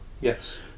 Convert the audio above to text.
yes